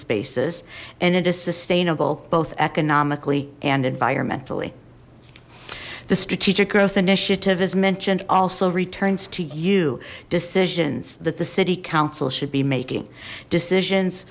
spaces and it is sustainable both economically and environmentally the strategic growth initiative is mentioned also returns to you decisions that the city council should be making decisions